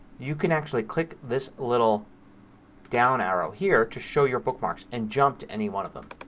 you can actually click this little down arrow here to show your bookmarks and jump to anyone of them.